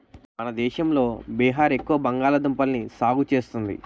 మన దేశంలో బీహార్ ఎక్కువ బంగాళదుంపల్ని సాగు చేస్తుంది